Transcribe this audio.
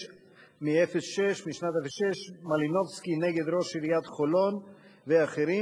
7186/06, מלינובסקי נגד ראש עיריית חולון ואח',